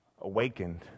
awakened